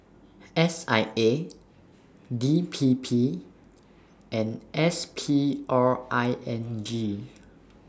S I A D P P and S P R I N G